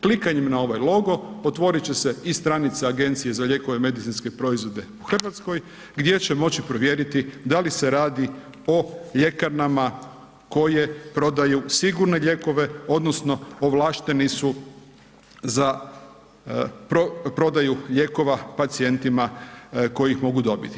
Klikanjem na ovaj logo otvoriti će se i stranica Agencije za lijekove i medicinske proizvode u Hrvatskoj gdje će moći provjeriti da li se radi o ljekarnama koje prodaju sigurne lijekove, odnosno ovlašteni su za prodaju lijekova pacijentima koji ih mogu dobiti.